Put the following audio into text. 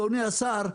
אדוני השר,